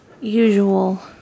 usual